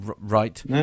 Right